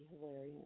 hilarious